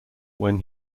when